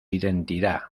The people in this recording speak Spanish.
identidad